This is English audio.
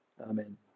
Amen